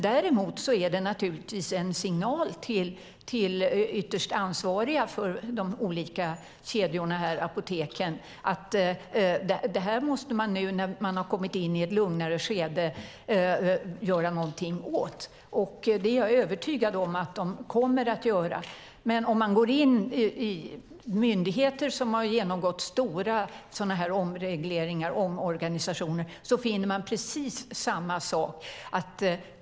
Däremot är det naturligtvis en signal till ytterst ansvariga för de olika kedjorna, apoteken, att det här måste man när man har kommit in i ett lugnare skede göra någonting åt. Det är jag övertygad om att man kommer att göra. På myndigheter som har genomgått stora sådana här omregleringar eller omorganisationer finner man precis samma sak.